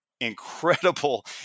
incredible